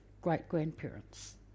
great-grandparents